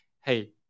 hey